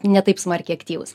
ne taip smarkiai aktyvūs